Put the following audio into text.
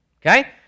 Okay